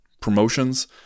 promotions